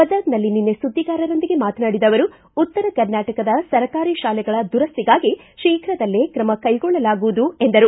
ಗದಗನಲ್ಲಿ ನಿನ್ನೆ ಸುದ್ದಿಗಾರರೊಂದಿಗೆ ಮಾತನಾಡಿದ ಅವರು ಉತ್ತರ ಕರ್ನಾಟಕದ ಸರ್ಕಾರಿ ಶಾಲೆಗಳ ದುರಸ್ತಿಗಾಗಿ ಶೀಘದಲ್ಲೇ ತ್ರಮ ಕ್ಟೆಗೊಳ್ಳಲಾಗುವುದು ಎಂದರು